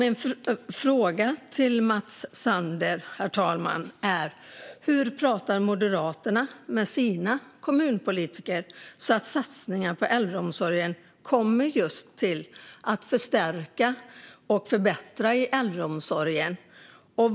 Mina frågor till Mats Sander blir därför: Hur pratar Moderaterna med sina kommunpolitiker så att satsningarna på äldreomsorgen går till just förstärkning och förbättring av äldreomsorgen?